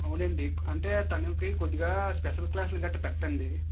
అవునండి అంటే తనకు కొద్దిగా స్పెషల్ క్లాస్ లు గట్రా పెట్టండి